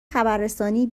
خبررسانی